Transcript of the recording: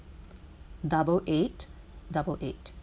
double eight double eight